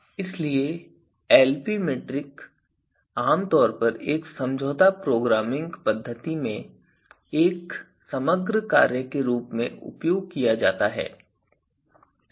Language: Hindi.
इसलिए एलपी मीट्रिक आमतौर पर एक समझौता प्रोग्रामिंग पद्धति में एक समग्र कार्य के रूप में उपयोग किया जाता है